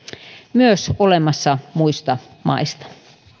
olemassa myös muista maista